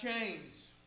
chains